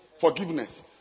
Forgiveness